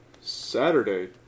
Saturday